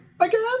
again